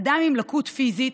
אדם עם לקות פיזית,